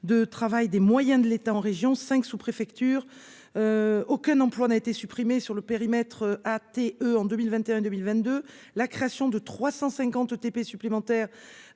de travail, des moyens de l'État en région. 5 sous-préfecture. Aucun emploi n'a été supprimé sur le périmètre T E en 2021 2022 la création de 350 ETP supplémentaires